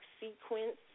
sequence